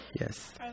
yes